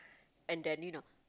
and then you know